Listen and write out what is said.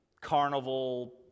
carnival